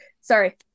Sorry